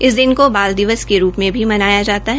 इस दिन को बाल दिवस के रूप में भी मनाया जाता है